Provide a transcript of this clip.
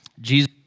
Jesus